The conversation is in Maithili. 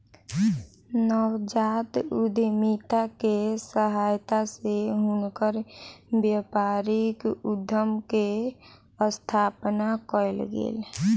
नवजात उद्यमिता के सहायता सॅ हुनकर व्यापारिक उद्यम के स्थापना कयल गेल